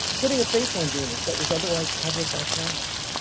putting a face on venus that was otherwise covered by clouds.